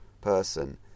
person